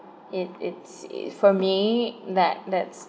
it it's it for me that that's